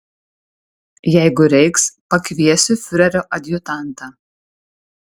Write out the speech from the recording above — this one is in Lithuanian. jeigu reiks pakviesiu fiurerio adjutantą